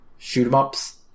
shoot-'em-ups